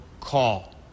call